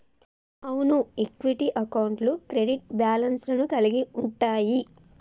అవును ఈక్విటీ అకౌంట్లు credit balance లను కలిగి ఉంటయ్యి